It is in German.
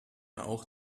auch